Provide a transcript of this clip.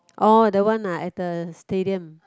orh the one ah at the stadium